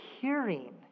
hearing